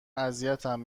اذیتم